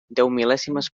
deumil·lèsimes